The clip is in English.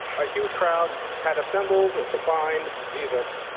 a huge crowd had assembled to find jesus.